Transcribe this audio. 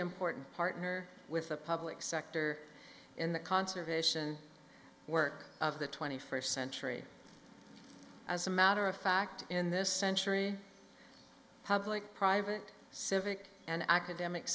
important partner with the public sector in the conservation work of the twenty first century as a matter of fact in this century public private civic and academic